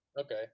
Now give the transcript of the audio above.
Okay